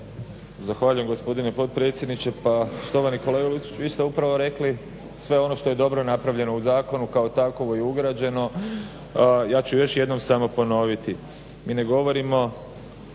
Zahvaljujem gospodine potpredsjedniče. Pa štovani kolega Luciću vi ste upravo rekli sve ono što je dobro napravljeno u zakonu, kao takovo i ugrađeno. Ja ću još jednom samo ponoviti, mi ne govorimo